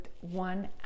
one